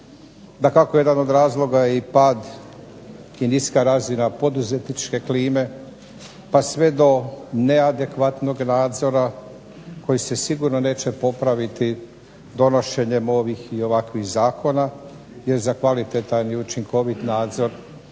Dakako jedan od razloga je i pad i niska razina poduzetničke klime pa sve do neadekvatnog nadzora koji se sigurno neće popraviti donošenjem ovog i ovakvih zakona jer za kvalitetan i učinkovit nadzor